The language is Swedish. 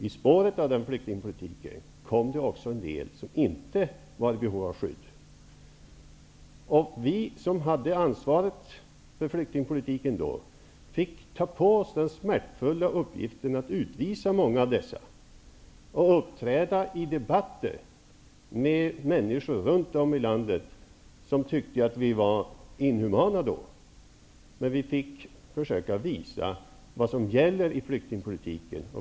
I spåret av den flyktingpolitiken kom också en del som inte var i behov av skydd. Vi som hade ansvaret för flyktingpolitiken då fick ta på oss den smärtfulla uppgiften att utvisa många av dessa, och uppträda i debatter med människor runt om i landet som tyckte att vi var inhumana. Men vi försökte visa vad som gäller i flyktingpolitiken.